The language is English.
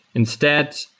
instead,